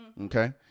Okay